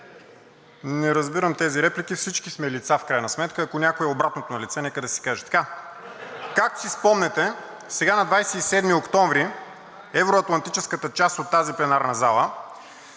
Не разбирам тези реплики – всички сме лица в крайна сметка, а ако някой е обратното на лице, нека да си каже. (Смях.) Както си спомняте, на 27-и октомври евроатлантическата част от тази пленарна зала